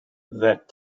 that